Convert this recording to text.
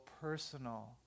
personal